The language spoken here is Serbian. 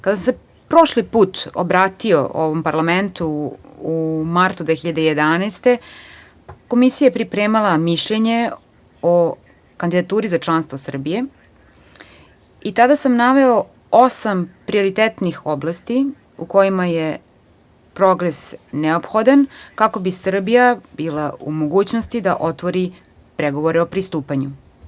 Kada sam se prošli put obratio ovom parlamentu u martu 2011. godine, Komisija je pripremala mišljenje o kandidaturi za članstvo Srbije i tada sam naveo osam prioritetnih oblasti u kojima je progres neophodan, kako bi Srbija bila u mogućnosti da otvori pregovore o pristupanju.